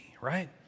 right